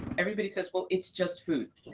everybody says well, it's just food.